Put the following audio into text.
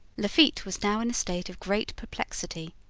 lafitte was now in a state of great perplexity.